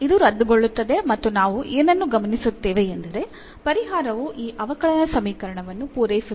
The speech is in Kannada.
ಇದು ರದ್ದುಗೊಳ್ಳುತ್ತದೆ ಮತ್ತು ನಾವು ಏನನ್ನು ಗಮನಿಸುತ್ತೇವೆ ಎಂದರೆ ಪರಿಹಾರವು ಈ ಅವಕಲನ ಸಮೀಕರಣವನ್ನು ಪೂರೈಸುತ್ತದೆ